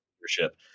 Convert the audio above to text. leadership